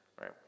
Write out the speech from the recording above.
right